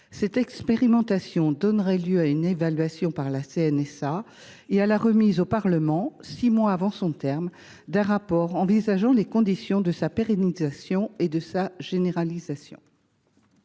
Cette expérimentation donnerait lieu à une évaluation par la CNSA et à la remise au Parlement, six mois avant son terme, d’un rapport envisageant les conditions de sa pérennisation et de sa généralisation.